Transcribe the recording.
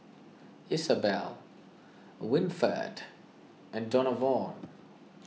Isabel Winford and Donavon